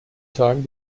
tagen